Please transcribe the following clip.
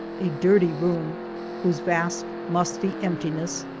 a dirty room whose vast, musty emptiness,